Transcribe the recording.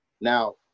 Now